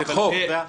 זה חוק.